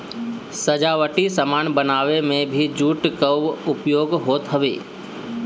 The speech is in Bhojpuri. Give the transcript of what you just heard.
सजावटी सामान बनावे में भी जूट कअ उपयोग होत हवे